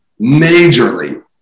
majorly